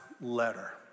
letter